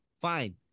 Fine